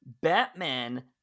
Batman